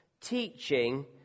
teaching